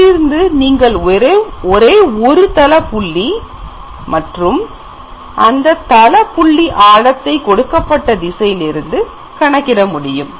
இதிலிருந்து நீங்கள் வெறும் ஒரே ஒரு தள புள்ளி மற்றும் அந்த தள புள்ளி ஆழத்தை கொடுக்கப்பட்ட திசையிலிருந்து கணக்கிட முடியும்